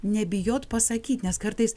nebijot pasakyt nes kartais